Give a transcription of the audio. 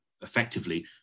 effectively